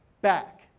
Back